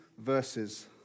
Verses